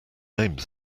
name